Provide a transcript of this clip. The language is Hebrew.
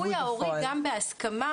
היו בעד.